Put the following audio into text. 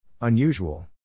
Unusual